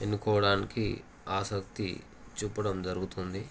ఎన్నుకోవడానికి ఆసక్తి చూపడం జరుగుతుంది